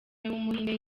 w’umuhinde